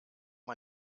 man